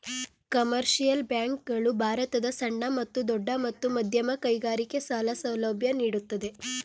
commercial bank ಗಳು ಭಾರತದ ಸಣ್ಣ ಮತ್ತು ದೊಡ್ಡ ಮತ್ತು ಮಧ್ಯಮ ಕೈಗಾರಿಕೆ ಸಾಲ ಸೌಲಭ್ಯ ನೀಡುತ್ತದೆ